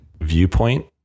viewpoint